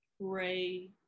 pray